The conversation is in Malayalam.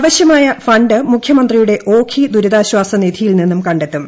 ആവശ്യമായ ഫണ്ട് മുഖ്യമന്ത്രിയുടെ ഓഖി ദുരിതാശ്വാസ നിധിയിൽ നിന്നും കണ്ടെത്തും